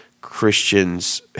Christians